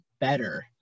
better